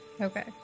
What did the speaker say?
Okay